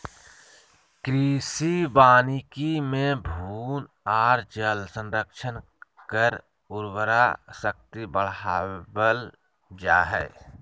कृषि वानिकी मे भू आर जल संरक्षण कर उर्वरा शक्ति बढ़ावल जा हई